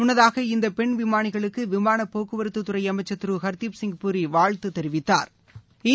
முன்னதாக இந்த பெண் விமாளிகளுக்கு விமாள போக்குவரத்துறை அமைச்சர் திரு ஹர்தீப் சிங் பூரி வாழ்த்து தெரிவித்தாா்